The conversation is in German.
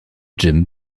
jim